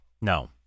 no